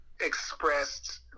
expressed